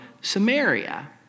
Samaria